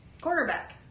quarterback